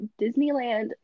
Disneyland